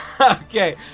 Okay